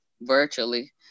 virtually